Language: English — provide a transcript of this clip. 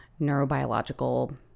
neurobiological